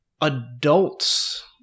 adults